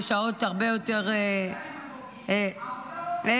בשעות הרבה יותר -- בלי --- דמגוגי.